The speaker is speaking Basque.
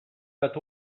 bat